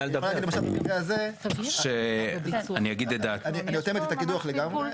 הבדיקה הזו היא עקרונית כדי להחליט אם יש קווי מטרו.